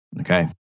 okay